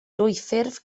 dwyffurf